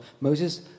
Moses